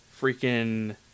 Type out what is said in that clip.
freaking